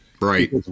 right